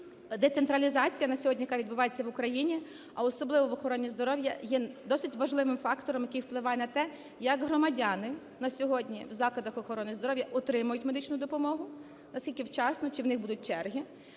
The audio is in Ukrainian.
Децентралізація на сьогодні, яка відбувається в Україні, а особливо в охороні здоров'я, є досить важливим фактором, який впливає на те, як громадяни на сьогодні в закладах охорони здоров'я отримують медичну допомогу, наскільки вчасно, чи у них будуть черги.